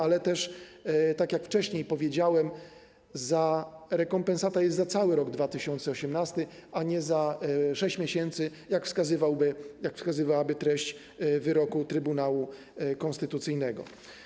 Ale też - tak jak wcześniej powiedziałem - rekompensata jest za cały rok 2018, a nie za 6 miesięcy, jak wskazywałaby treść wyroku Trybunału Konstytucyjnego.